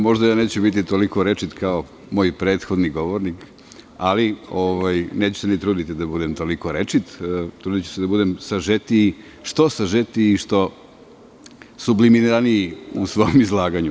Možda ja neću biti toliko rečit kao moj prethodni govornik, neću se ni truditi da budem toliko rečit, trudiću se da budem što sažetiji, što sublimiraniji u svom izlaganju.